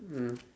mm